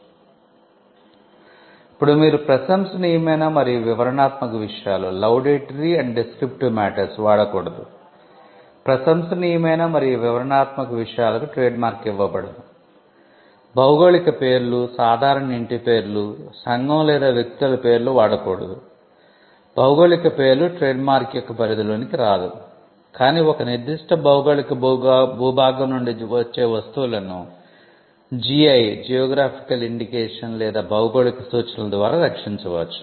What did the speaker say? ప్పుడు మీరు 'ప్రశంసనీయమైన మరియు వివరణాత్మక విషయాలు' లేదా భౌగోళిక సూచనల ద్వారా రక్షించవచ్చు